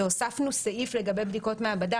הוספנו סעיף לגבי בדיקות מעבדה,